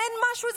אין משהו?